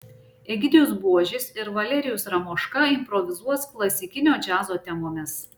egidijus buožis ir valerijus ramoška improvizuos klasikinio džiazo temomis